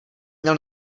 měl